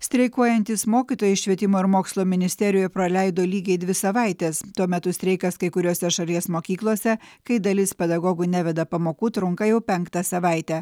streikuojantys mokytojai švietimo ir mokslo ministerijoje praleido lygiai dvi savaites tuo metu streikas kai kuriose šalies mokyklose kai dalis pedagogų neveda pamokų trunka jau penktą savaitę